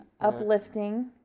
uplifting